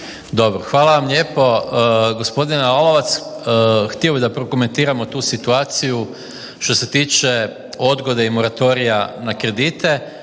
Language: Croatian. (SDP)** Hvala vam lijepo. Gospodine Lalovac, htio bih da prokomentiramo tu situaciju što se tiče odgode i moratorija na kredite.